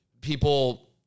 people